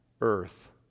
earth